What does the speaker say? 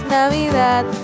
Navidad